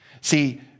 See